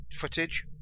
footage